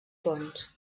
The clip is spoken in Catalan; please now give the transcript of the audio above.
ponts